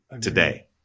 today